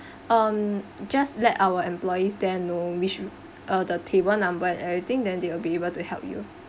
um just let our employees there know which uh the table number everything then they will be able to help you